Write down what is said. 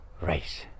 race